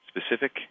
specific